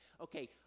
Okay